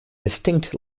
distinct